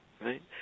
right